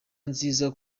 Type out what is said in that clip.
nziza